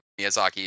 Miyazaki